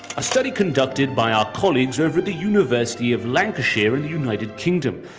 a study conducted by our colleagues over at the university of lancashire in the united kingdom,